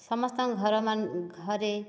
ସମସ୍ତଙ୍କ ଘର ଘରେ